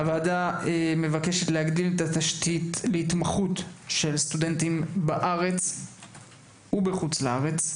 הוועדה מבקשת להגדיל את התשתית להתמחות של סטודנטים בארץ ובחוץ לארץ.